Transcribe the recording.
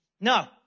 No